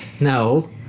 No